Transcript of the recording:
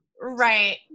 Right